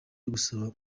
busaba